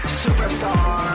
superstar